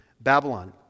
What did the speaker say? Babylon